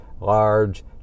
large